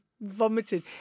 vomited